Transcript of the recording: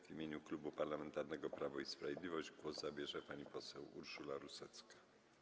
W imieniu Klubu Parlamentarnego Prawo i Sprawiedliwość głos zabierze pani poseł Urszula Rusecka.